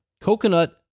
Coconut